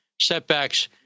setbacks